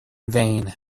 vain